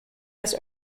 das